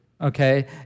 okay